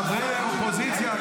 חברי האופוזיציה,